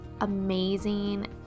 amazing